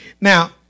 Now